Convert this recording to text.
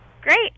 Great